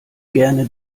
gerne